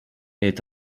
est